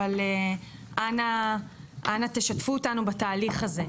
אבל אנא תשתפו אותנו בתהליך הזה.